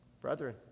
Brethren